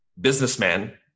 businessman